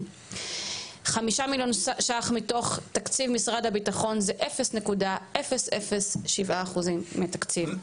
5 מיליון שקלים מתוך תקציב משרד הביטחון זה 0.007% מהתקציב.